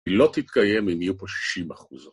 היא לא תתקיים אם יהיו פה שישים אחוזות.